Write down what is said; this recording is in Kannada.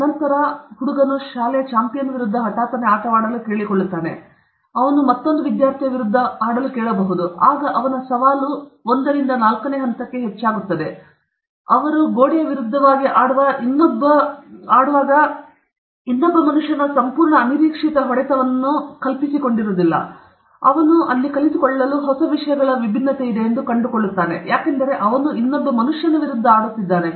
ನಂತರ ಅವನು ಶಾಲೆಯ ಚಾಂಪಿಯನ್ ವಿರುದ್ಧ ಹಠಾತ್ತನೆ ಆಟವಾಡಲು ಕೇಳಿಕೊಳ್ಳುತ್ತಾನೆ ಅಥವಾ ಅವನು ಮತ್ತೊಂದು ವಿದ್ಯಾರ್ಥಿಯ ವಿರುದ್ಧ ಆಡಲು ಕೇಳಬಹುದು ಆಗ ಅವನ ಸವಾಲು ನಾಲ್ಕು ಗೆ ಹೆಚ್ಚಾಗುತ್ತದೆ ಮತ್ತು ಅವರು ಗೋಡೆಗೆ ವಿರುದ್ಧವಾಗಿ ಆಡುವ ಇನ್ನೊಬ್ಬ ಮನುಷ್ಯನ ಸಂಪೂರ್ಣ ಅನಿರೀಕ್ಷಿತತೆ ಮತ್ತು ಅವರು ಕಲಿತುಕೊಳ್ಳುವ ಹೊಸ ವಿಷಯಗಳ ವಿಭಿನ್ನತೆಯಿದೆ ಎಂದು ಅವನು ಕಂಡುಕೊಳ್ಳುತ್ತಾನೆ ಯಾಕೆಂದರೆ ಅವನು ಇನ್ನೊಬ್ಬರ ವಿರುದ್ಧ ಆಡುತ್ತಿದ್ದಾನೆ